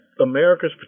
America's